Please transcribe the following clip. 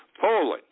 Poland